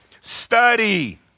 study